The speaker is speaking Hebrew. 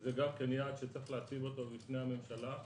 זה גם יעד שצריך להציב אותו לפני הממשלה.